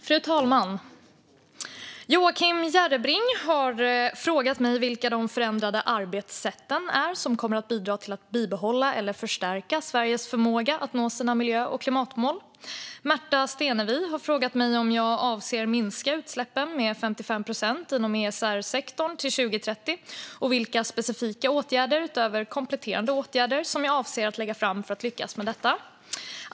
Fru talman! Joakim Järrebring har frågat mig vilka de förändrade arbetssätten är som kommer att bidra till att bibehålla eller förstärka Sveriges förmåga att nå sina miljö och klimatmål. Märta Stenevi har frågat mig om jag avser att minska utsläppen med 55 procent inom ESR-sektorn till 2030 och vilka specifika åtgärder, utöver kompletterande åtgärder, jag avser att lägga fram för att lyckas med detta.